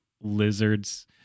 lizards